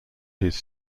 his